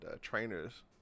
trainers